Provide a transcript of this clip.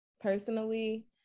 personally